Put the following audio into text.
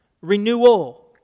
renewal